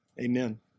Amen